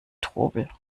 trubel